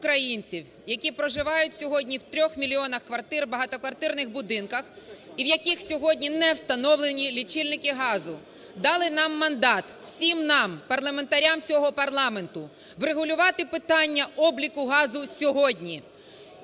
українців, які проживають сьогодні в трьох мільйонах квартирах в багатоквартирних будинках і в яких сьогодні не встановлені лічильники газу, дали нам мандат, всім нам, парламентарям цього парламенту, врегулювати питання обліку газу сьогодні,